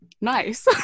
Nice